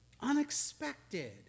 unexpected